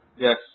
Yes